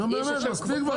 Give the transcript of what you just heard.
נו באמת מספיק כבר.